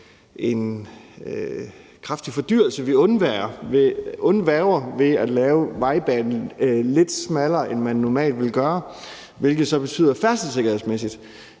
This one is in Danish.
en kraftig fordyrelse, vi undviger ved at lave vejbanen lidt smallere, end man normalt ville gøre, hvilket så betyder færdselssikkerhedsmæssigt,